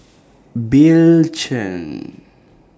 Bill Chen